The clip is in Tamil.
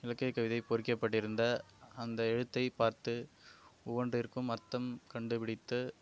இலக்கிய கவிதை பொறிக்கப்பட்டிருந்த அந்த எழுத்தைப் பார்த்து ஒவ்வொன்றிற்கும் அர்த்தம் கண்டுபிடித்து